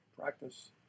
Practice